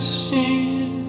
seen